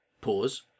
Pause